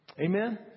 Amen